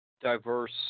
diverse